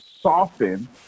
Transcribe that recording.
soften